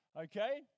okay